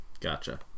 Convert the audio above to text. Gotcha